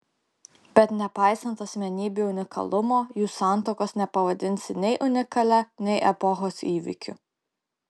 bet nepaisant asmenybių unikalumo jų santuokos nepavadinsi nei unikalia nei epochos įvykiu